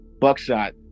buckshot